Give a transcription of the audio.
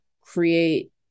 create